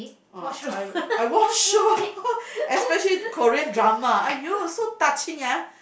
uh I I watch show especially Korean drama !aiyo! so touching ah